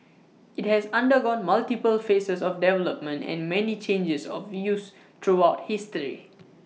IT has undergone multiple phases of development and many changes of use throughout history